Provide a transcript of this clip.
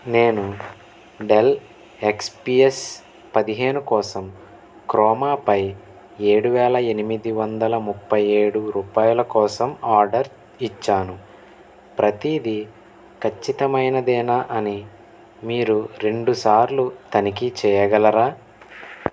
నేను Dell XPS పదిహేను కోసం క్రోమాపై ఏడు వేల ఎనిమిది వందల ముప్పై ఏడు రూపాయలు కోసం ఆర్డర్ ఇచ్చాను ప్రతిదీ ఖచ్చితమైనదేనా అని మీరు రెండుసార్లు తనిఖీ చెయ్యగలరా